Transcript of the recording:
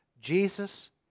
Jesus